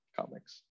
comics